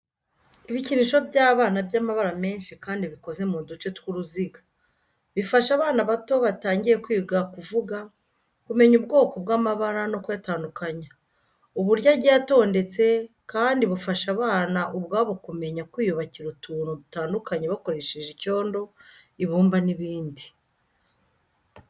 Ibikinisho by’abana by’amabara menshi kandi bikoze mu duce tw'uruziga. Bifasha abana bato batangiye kwiga kuvuga, kumenya ubwoko bw'amabara no kuyatandukanya. Uburyo agiye atondetse kandi bufasha abana ubwabo kumenya kwiyubakira utuntu dutandukanye bakoresheje icyondo, ibumba n'ibindi.